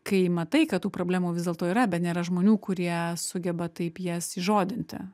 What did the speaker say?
kai matai kad tų problemų vis dėlto yra bet nėra žmonių kurie sugeba taip jas įžodinti